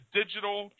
digital